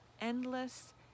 endless